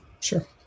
Sure